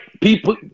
People